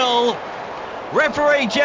Referee